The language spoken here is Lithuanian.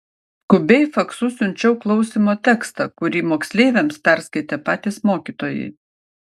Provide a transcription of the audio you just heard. skubiai faksu siunčiau klausymo tekstą kurį moksleiviams perskaitė patys mokytojai